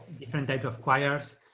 different types of choirs,